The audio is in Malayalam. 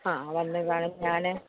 ആ വന്ന് കാണാൻ ഞാൻ